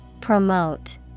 Promote